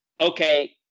Okay